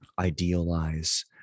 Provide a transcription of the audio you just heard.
idealize